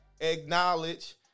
acknowledge